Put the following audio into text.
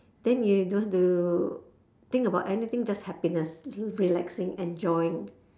then you don't have to think about anything just happiness relaxing enjoying